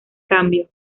cambio